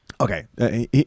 Okay